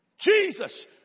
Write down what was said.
Jesus